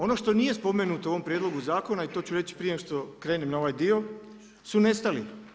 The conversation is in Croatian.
Ono što nije spomenuto u ovom prijedlogu zakona i to ću reći prije nego što krenem na ovaj dio, su nestali.